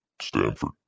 Stanford